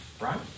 right